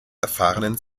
erfahrenen